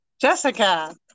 Jessica